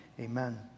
Amen